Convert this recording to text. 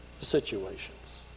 situations